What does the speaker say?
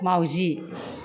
माउजि